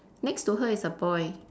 next to her is a boy